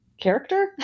character